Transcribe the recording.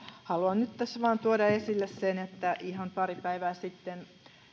haluan nyt tässä vaan tuoda esille sen että ihan pari päivää sitten